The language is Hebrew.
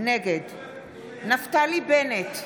נגד נפתלי בנט,